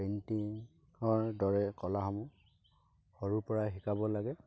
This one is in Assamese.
পেইণ্টিংৰ দৰে কলাসমূহ সৰুৰ পৰাই শিকাব লাগে